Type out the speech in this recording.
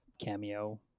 cameo